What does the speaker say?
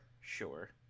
sure